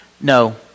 No